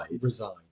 resign